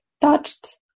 touched